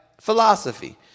philosophy